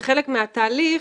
כחלק מהתהליך,